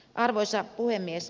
arvoisa puhemies